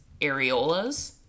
areolas